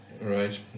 Right